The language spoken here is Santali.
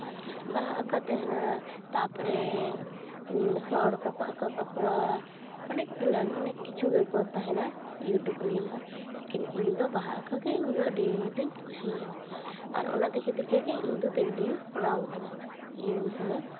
ᱵᱟᱦᱟ ᱟᱸᱠᱟᱣ ᱛᱟᱦᱮᱱᱟ ᱛᱟᱯᱚᱨᱮ ᱦᱚᱲ ᱠᱚᱠᱚ ᱟᱸᱠᱟᱣ ᱠᱟᱠᱚᱣᱟ ᱚᱱᱮᱠ ᱜᱩᱞᱟᱱ ᱚᱱᱮᱠ ᱠᱤᱪᱷᱩ ᱜᱮᱠᱚ ᱛᱟᱦᱮᱱᱟ ᱤᱭᱩᱴᱩᱵ ᱨᱮ ᱧᱟᱢᱚᱜᱼᱟ ᱞᱤᱠᱤᱱ ᱤᱧ ᱫᱚ ᱵᱟᱦᱟ ᱟᱸᱠᱟᱣ ᱜᱮ ᱤᱧ ᱫᱚ ᱟᱹᱰᱤ ᱫᱩᱧ ᱠᱩᱥᱤᱭᱟᱜᱼᱟ ᱟᱨ ᱚᱱᱟ ᱫᱮᱠᱷᱮ ᱫᱮᱠᱷᱮ ᱜᱮ ᱤᱧ ᱫᱚ ᱯᱮᱱᱴᱤᱝᱤᱧ ᱠᱚᱨᱟᱣ ᱠᱟᱫᱟ ᱤᱧ ᱦᱚᱸ